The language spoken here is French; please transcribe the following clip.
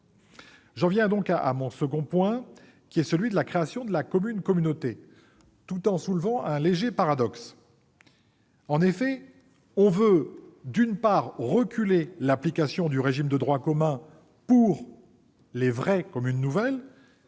J'en viens à mon second point, qui est celui de la création de la commune-communauté, tout en soulevant un léger paradoxe : on veut reculer l'application du régime de droit commun pour ces « vraies communes » nouvelles